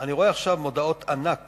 אני רואה עכשיו מודעות ענק